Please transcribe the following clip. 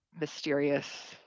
mysterious